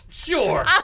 sure